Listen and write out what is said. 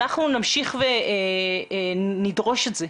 אנחנו נמשיך ונדרוש את זה,